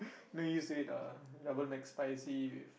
know you say the Double McSpicy with